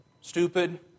stupid